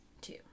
two